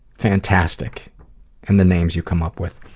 fantastic in the names you come up with.